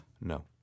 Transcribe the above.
No